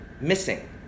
missing